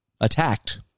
attacked